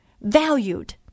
Valued